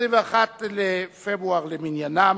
21 בחודש פברואר 2012 למניינם.